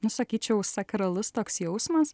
nu sakyčiau sakralus toks jausmas